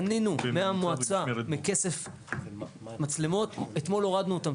אז קנינו מכסף של המועצה מצלמות ואתמול הורדנו אותן.